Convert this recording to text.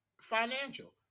financial